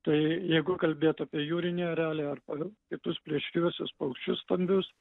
tai jeigu kalbėt apie jūrinį erelį ar pa kitus plėšriuosius paukščius stambius